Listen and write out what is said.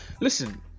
listen